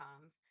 comes